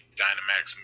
dynamax